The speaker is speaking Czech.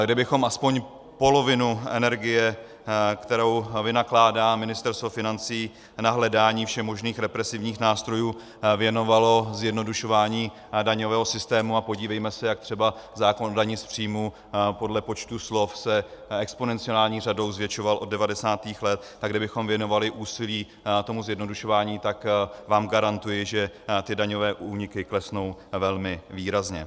Kdybychom aspoň polovinu energie, kterou vynakládá Ministerstvo financí na hledání všemožných represivních nástrojů, věnovali zjednodušování daňového systému a podívejme se, jak třeba zákon o dani z příjmu podle počtu slov se exponenciální řadou zvětšoval od 90. let tak kdybychom věnovali úsilí zjednodušování, tak vám garantuji, že daňové úniky klesnou velmi výrazně.